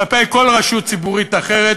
כלפי כל רשות ציבורית אחרת,